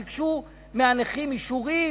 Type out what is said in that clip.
ביקשו מהנכים אישורים,